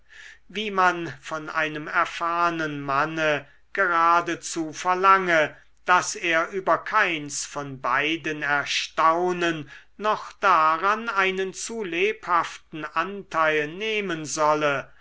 wie man von einem erfahrnen manne geradezu verlange daß er über keins von beiden erstaunen noch daran einen zu lebhaften anteil nehmen solle